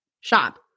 shop